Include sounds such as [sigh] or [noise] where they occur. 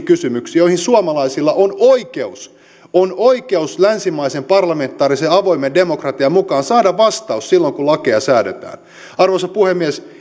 [unintelligible] kysymyksiin joihin suomalaisilla on oikeus on oikeus länsimaisen parlamentaarisen avoimen demokratian mukaan saada vastaus silloin kun lakeja säädetään arvoisa puhemies [unintelligible]